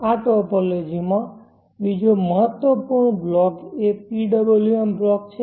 આ ટોપોલોજીમાં બીજો મહત્વપૂર્ણ બ્લોક એ PWM બ્લોક છે